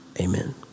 Amen